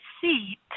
seat